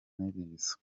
n’ibyiza